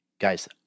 Guys